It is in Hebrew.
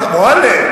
מועלם.